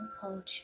culture